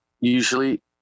usually